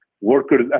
workers